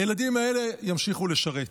הילדים האלה ימשיכו לשרת.